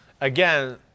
again